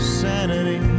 sanity